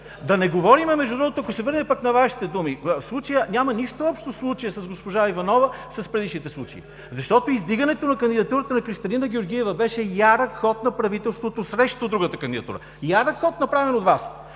Да не говорим, ако се върнем пък на Вашите думи, случаят няма нищо общо с госпожа Иванова с предишните случаи. Защото издигането на кандидатурата на Кристалина Георгиева беше ярък ход на правителството срещу другата кандидатура. Ярък ход, направен от Вас!